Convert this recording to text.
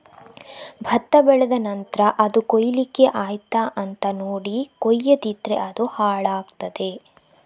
ಭತ್ತ ಬೆಳೆದ ನಂತ್ರ ಅದು ಕೊಯ್ಲಿಕ್ಕೆ ಆಯ್ತಾ ಅಂತ ನೋಡಿ ಕೊಯ್ಯದಿದ್ರೆ ಅದು ಹಾಳಾಗ್ತಾದೆ